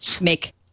make